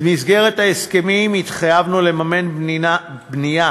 במסגרת ההסכמים התחייבנו לממן בנייה